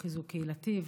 חיזוק קהילתי,